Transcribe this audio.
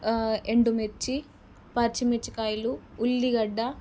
ఎండుమిర్చి పచ్చిమిర్చి కాయలు ఉల్లిగడ్డ